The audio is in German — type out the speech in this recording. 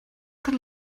dann